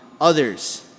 others